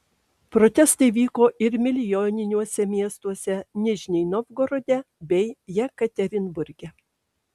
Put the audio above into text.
protestai vyko ir milijoniniuose miestuose nižnij novgorode bei jekaterinburge